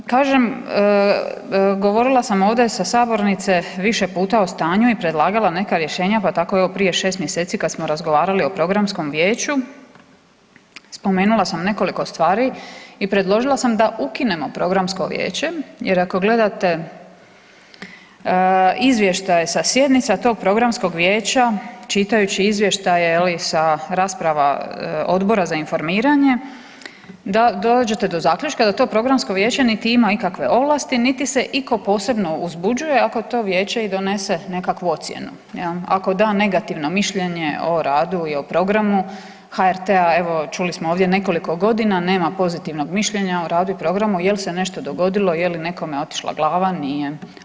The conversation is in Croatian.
Kažem, govorila sam ovdje sa sabornice više puta o stanju i predlagala neka rješenja pa tako evo i prije 6 mjeseci kad smo razgovarali o Programskom vijeću, spomenula sam nekoliko stvari i predložila sam da ukinemo Programsko vijeće jer ako gledate izvještaj sa sjednica tog Programskog vijeća, čitajući izvještaje je li, sa rasprava Odbora za informiranje, dođete do zaključka da to Programsko vijeće nit ima ikakve ovlasti niti se itko posebno uzbuđuje ako to vijeće i donese nekakvu ocjenu, jel, ako da negativno mišljenje o radu i o programu HRT-a, evo čuli smo ovdje nekoliko godina, nema pozitivnog mišljenja o radu i programu jel se nešto dogodilo, je li nekome otišla glava, nije.